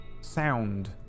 sound